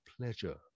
pleasure